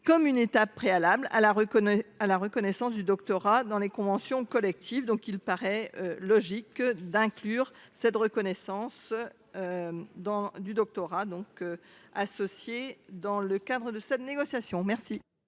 comme une étape préalable à la reconnaissance du doctorat dans les conventions collectives. Il paraît donc logique d’inclure la reconnaissance du doctorat dans le cadre de la négociation. Quel